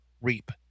reap